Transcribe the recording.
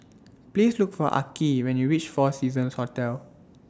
Please Look For Arkie when YOU REACH four Seasons Hotel